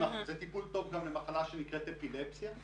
זה טיפול טול טוב גם למחלה שנקראת אפילפסיה.